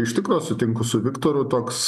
iš tikro sutinku su viktoru toks